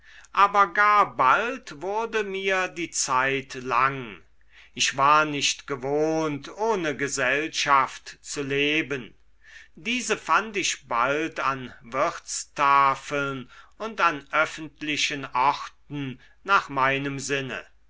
aber gar bald wurde mir die zeit lang ich war nicht gewohnt ohne gesellschaft zu leben diese fand ich bald an wirtstafeln und an öffentlichen orten nach meinem sinne